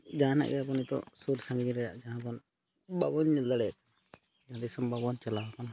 ᱡᱟᱦᱟᱱᱟᱜ ᱜᱮ ᱟᱵᱚ ᱱᱤᱛᱚᱜ ᱥᱩᱨᱼᱥᱟᱺᱜᱤᱧ ᱨᱮᱭᱟᱜ ᱡᱟᱦᱟᱸᱵᱚᱱ ᱵᱟᱵᱚᱱ ᱧᱮᱞ ᱫᱟᱲᱮᱜ ᱫᱤᱥᱚᱢ ᱵᱟᱵᱚᱱ ᱪᱟᱞᱟᱣ ᱟᱠᱟᱱᱟ